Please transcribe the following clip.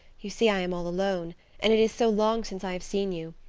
you see i am all alone and it is so long since i have seen you.